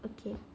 okay